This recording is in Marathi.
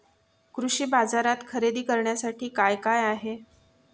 कृषी बाजारात खरेदी करण्यासाठी काय काय आहे?